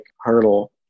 hurdle